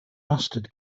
mustard